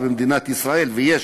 או הרפואה, במדינת ישראל, ויש